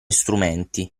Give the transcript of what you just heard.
strumenti